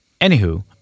Anywho